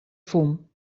fum